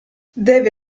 deve